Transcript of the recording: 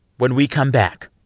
when we come back,